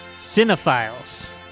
Cinephiles